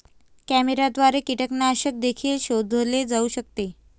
कॅमेऱ्याद्वारे कीटकनाशक देखील शोधले जाऊ शकते